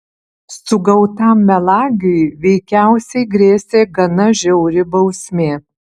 sugautam melagiui veikiausiai grėsė gana žiauri bausmė